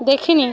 দেখে নি